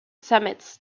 summits